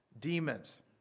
demons